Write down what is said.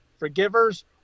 forgivers